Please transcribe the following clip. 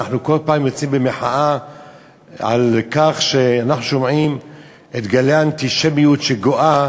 שאנחנו כל פעם יוצאים במחאה כשאנחנו שומעים על גלי האנטישמיות הגואה,